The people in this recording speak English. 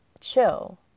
chill